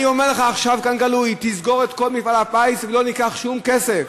אני אומר לך עכשיו כאן גלוי: תסגור את כל מפעל הפיס ולא ניקח שום כסף.